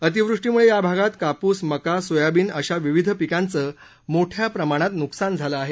अतिवृष्टीमुळे या भागात कापूस मका सोयाबीन अशा विविध पिकांचं मोठ्या प्रमाणात नुकसान झालं आहे